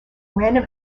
random